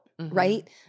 right